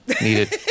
Needed